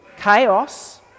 chaos